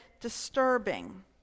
disturbing